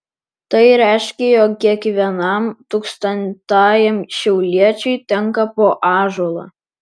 tai reiškė jog kiekvienam tūkstantajam šiauliečiui tenka po ąžuolą